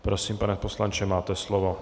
Prosím, pane poslanče, máte slovo.